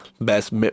best